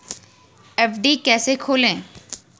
FD कैसे खोलें?